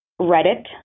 Reddit